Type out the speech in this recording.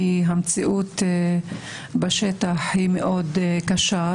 כי המציאות בשטח היא מאוד קשה,